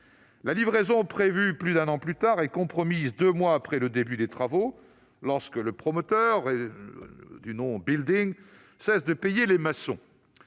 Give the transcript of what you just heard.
La livraison, prévue plus d'un an plus tard, est compromise deux mois après le début des travaux, lorsque le promoteur Building cesse de payer les maçons.